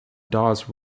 dawes